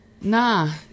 nah